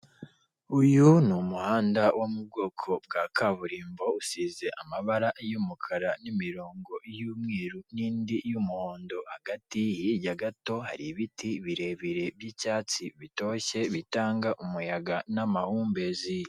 Uyu ni umuhanda wo mu bwoko bwa kaburimbo, usize amabara y'umukara n'imirongo y'umweru n'indi y'umuhondo hagati. Hirya gato hari ibiti birebire by'icyatsi bitoshye, bitanga umuyaga n'amahumbezi.